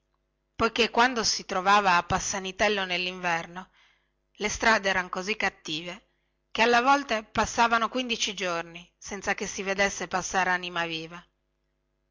perchè quando si trovava a passanitello nellinverno le strade erano così cattive che alle volte passavano quindici giorni senza che si vedesse passare anima viva